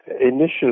Initially